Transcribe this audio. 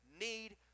need